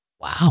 Wow